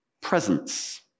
presence